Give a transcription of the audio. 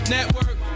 Network